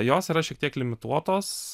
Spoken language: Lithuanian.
jos yra šiek tiek limituotos